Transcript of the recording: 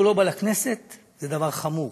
זה שהוא לא בא לכנסת זה דבר חמור.